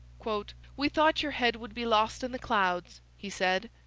we thought your head would be lost in the clouds he said.